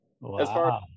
Wow